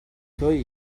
توئی